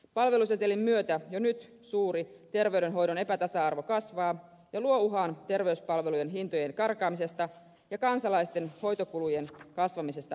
palvelusetelin myötä jo nyt suuri terveydenhoidon epätasa arvo kasvaa ja luo uhan terveyspalvelujen hintojen karkaamisesta ja kansalaisten hoitokulujen kasvamisesta entisestään